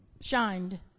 shined